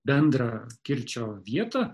bendrą kirčio vietą